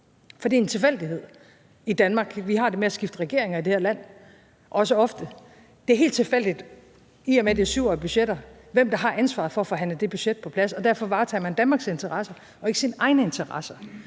for det er en tilfældighed i Danmark. Vi har det med at skifte regeringer i det her land, også ofte, og det er helt tilfældigt, i og med at det er 7-årige budgetter, hvem der har ansvaret for at forhandle det budget på plads. Og derfor varetager man Danmarks interesser og ikke sine egne interesser: